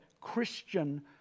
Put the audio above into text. Christian